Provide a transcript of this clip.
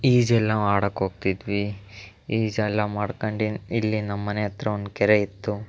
ಈಜಲು ನಾವು ಆಡೋಕ್ಕೆ ಹೋಗ್ತಿದ್ವಿ ಈಜೆಲ್ಲ ಮಾಡ್ಕಂಡು ಇನ್ನು ಇಲ್ಲಿ ನಮ್ಮನೆ ಹತ್ತಿರ ಒಂದು ಕೆರೆ ಇತ್ತು